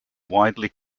widely